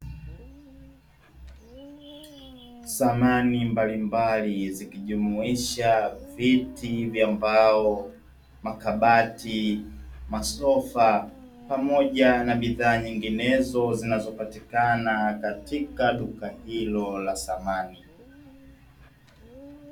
Samani mbalimbali zikijumuisha viti vya mbao, makabati, masofa pamoja na bidhaa zinginezo zinazopatikana katika duka hilo la samani.